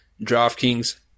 DraftKings